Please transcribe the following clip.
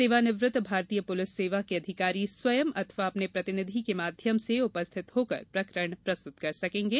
सेवानिवृत्त भारतीय पुलिस सेवा के अधिकारी स्वयं अथवा अपने प्रतिनिधि के माध्यम से उपस्थित होकर प्रकरण प्रस्तुत कर सकेगें